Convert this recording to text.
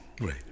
right